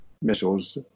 missiles